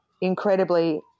incredibly